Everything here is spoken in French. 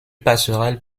passerelles